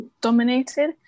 dominated